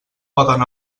poden